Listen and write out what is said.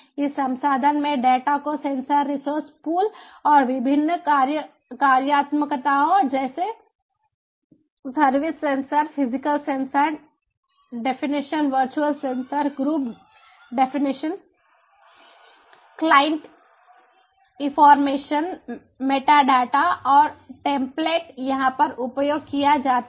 इस संसाधन में डेटा को सेंसर रिसोर्स पूल और विभिन्न कार्यात्मकताओं जैसे service sensor physical sensor definition virtual sensor group definition client information metadata और टेम्प्लेट यहां पर उपयोग किया जाता है